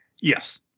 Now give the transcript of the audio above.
Yes